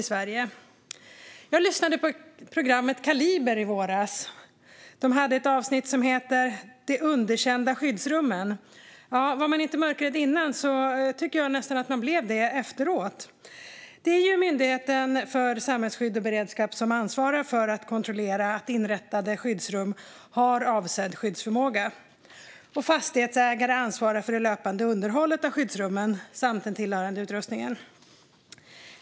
I våras lyssnade jag på programmet Kaliber och avsnittet De underkända skyddsrummen. Var man inte mörkrädd innan blev man nästan det efter att ha lyssnat. Det är Myndigheten för samhällsskydd och beredskap som ansvarar för att kontrollera att inrättade skyddsrum har avsedd skyddsförmåga. Fastighetsägare ansvarar för det löpande underhållet av skyddsrummen samt den tillhörande utrustningen.